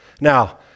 now